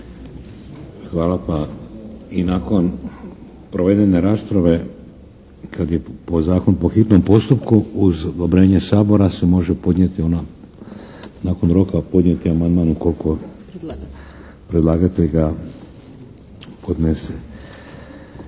Hvala. Pa i nakon provedene rasprave kad je zakon po hitnom postupku uz odobrenje Sabora se može podnijeti ono nakon roka podnijeti amandman ukoliko predlagatelj ga podnese.